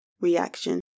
reaction